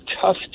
tough